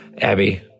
Abby